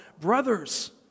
Brothers